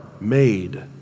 made